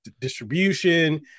distribution